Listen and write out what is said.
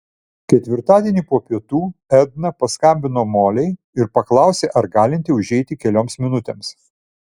ketvirtadienį po pietų edna paskambino molei ir paklausė ar galinti užeiti kelioms minutėms